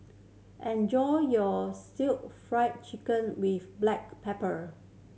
enjoy your Stir Fried Chicken with black pepper